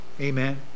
Amen